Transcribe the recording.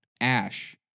Ash